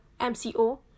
MCO